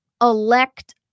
elect